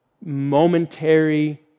momentary